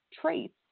traits